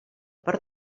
per